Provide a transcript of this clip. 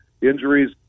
injuries